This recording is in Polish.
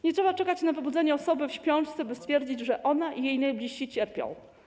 Nie trzeba czekać na wybudzenia osoby w śpiączce, by stwierdzić, że ona i jej najbliżsi cierpią.